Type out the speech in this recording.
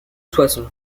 soissons